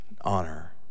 honor